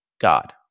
God